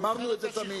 אמרנו את זה תמיד.